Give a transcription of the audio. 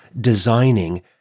designing